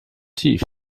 tief